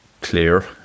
clear